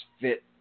fit